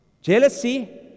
Jealousy